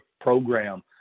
program